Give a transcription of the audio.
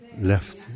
left